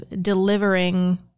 delivering